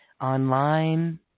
online